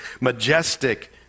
majestic